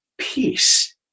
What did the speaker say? Peace